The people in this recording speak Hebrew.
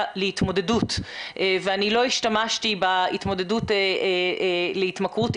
להתמודדות ולא השתמשתי בהתמודדות להתמכרות,